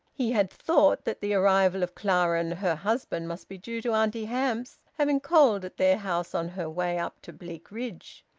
he had thought that the arrival of clara and her husband must be due to auntie hamps having called at their house on her way up to bleakridge.